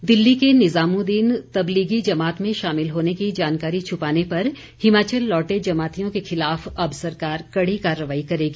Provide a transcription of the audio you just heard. CM Delhi के निजामुदीन तबलीगी जमात में शामिल होने की जानकारी छुपाने पर हिमाचल लौटे जमातियों के खिलाफ अब सरकार कड़ी कार्रवाई करेगी